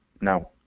No